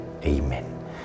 Amen